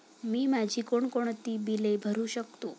मी माझी कोणकोणती बिले भरू शकतो?